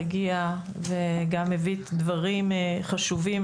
הגיע וגם הביא דברים חשובים.